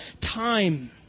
time